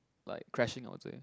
like crashing onto him